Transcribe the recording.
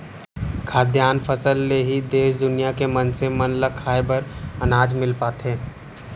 खाद्यान फसल ले ही देस दुनिया के मनसे मन ल खाए बर अनाज मिल पाथे